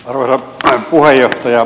arvoisa puheenjohtaja